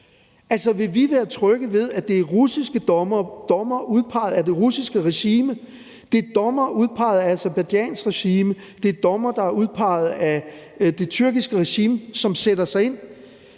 Vil vi være trygge ved, at det er russiske dommere, dommere udpeget af det russiske regime? Det er dommere udpeget af Aserbajdsjans regime, det er dommere, der er udpeget af det tyrkiske regime, som sætter sig ind.